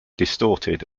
distorted